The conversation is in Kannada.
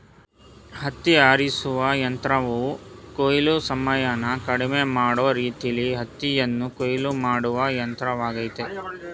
ಹತ್ತಿ ಆರಿಸುವ ಯಂತ್ರವು ಕೊಯ್ಲು ಸಮಯನ ಕಡಿಮೆ ಮಾಡೋ ರೀತಿಲೀ ಹತ್ತಿಯನ್ನು ಕೊಯ್ಲು ಮಾಡುವ ಯಂತ್ರವಾಗಯ್ತೆ